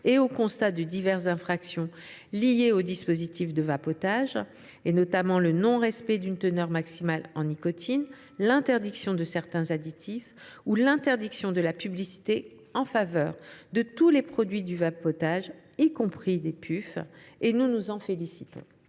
et au constat de diverses infractions liées aux dispositifs de vapotage, notamment le non respect d’une teneur maximale en nicotine, de l’interdiction de certains additifs ou de la publicité en faveur de tous les produits du vapotage, y compris des puffs. Nous nous en félicitons.